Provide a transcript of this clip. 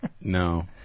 No